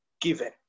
given